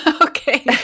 Okay